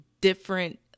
different